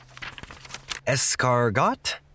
Escargot